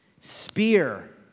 spear